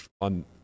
on